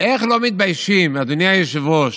לא מתביישים, אדוני היושב-ראש?